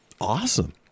awesome